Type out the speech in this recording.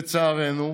לצערנו,